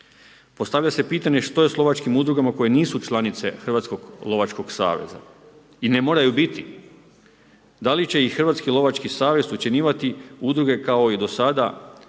Postavlja se pitanje što je s lovačkim udrugama, koje nisu članice Hrvatskog lovačkog saveza i ne moraju biti? Da li će ih Hrvatski lovački savez ucjenjivati udruge kao i do sada,